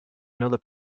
another